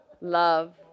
love